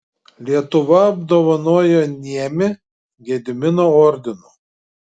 lietuva apdovanojo niemį gedimino ordinu